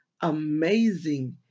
amazing